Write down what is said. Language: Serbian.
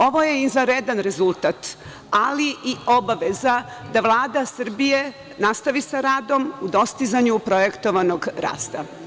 Ovo je izvanredan rezultat, ali i obaveza da Vlada Srbije nastavi sa radom u dostizanju projektovanog rasta.